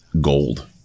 gold